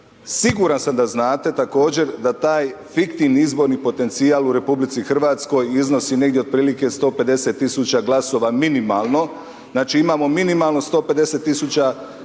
siguran sam da znate također da taj fiktivni izborni potencijal u RH iznosi negdje otprilike 150 000 glasova minimalno, znači imamo minimalno 150 000 fiktivnih